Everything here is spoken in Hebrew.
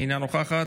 אינה נוכחת,